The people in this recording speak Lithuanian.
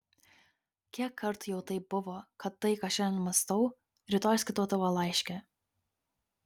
kiek kartų jau taip buvo kad tai ką šiandien mąstau rytoj skaitau tavo laiške